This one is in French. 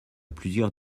plusieurs